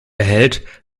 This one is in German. erhält